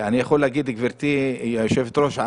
אני יכול להעיד על עצמי.